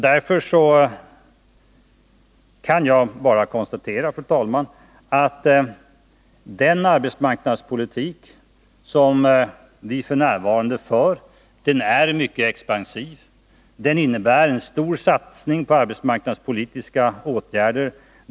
Därför kan jag bara konstatera, fru talman, att den arbetsmarknadspolitik som vi f. n. för är mycket expansiv. Den innebär en stor satsning på arbetsmarknadspolitiska åtgärder.